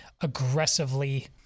aggressively